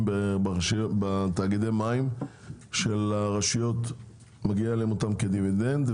בתאגידי המים שלרשויות הם מגיעים כדיבידנד.